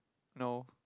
no